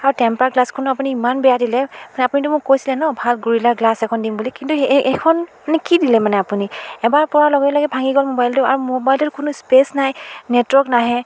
আৰু টেম্পাৰ গ্লাছখনো আপুনি ইমান বেয়া দিলে আপুনিটো মোক কৈছিলে ন ভাল গৰিলা গ্লাছ এখন দিম বুলি কিন্তু সেইখন মানে কি দিলে মানে আপুনি এবাৰ পৰা লগে লগে ভাঙি গ'ল মোবাইলটো আৰু মোবাইলটোৰ কোনো স্পেচ নাই নেটৱৰ্ক নাহে